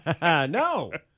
No